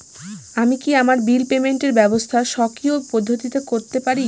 আমি কি আমার বিল পেমেন্টের ব্যবস্থা স্বকীয় পদ্ধতিতে করতে পারি?